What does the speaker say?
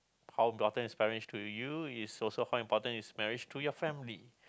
how important is marriage to you is also how important is marriage to your family